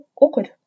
awkward